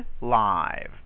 live